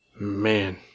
Man